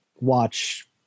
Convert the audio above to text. watch